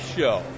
Show